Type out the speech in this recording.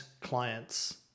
clients